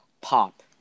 Pop